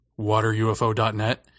waterufo.net